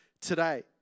today